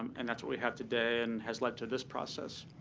um and that's what we have today and has led to this process.